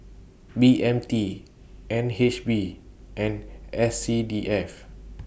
B M T N H B and S C D F